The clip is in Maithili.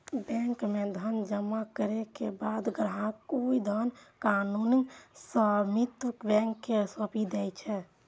बैंक मे धन जमा करै के बाद ग्राहक ओइ धनक कानूनी स्वामित्व बैंक कें सौंपि दै छै